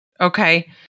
Okay